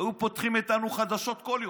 היו פותחים איתנו חדשות כל יום.